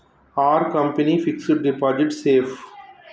Are company fixed deposit safe?